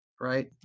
right